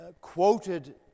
quoted